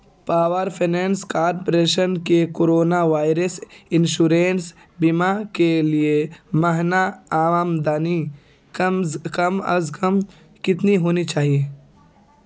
power finance corporation کے corona virus insurance بیمہ کے لیے ماہانہ آمدنی کم از کم کتنی ہونی چاہیے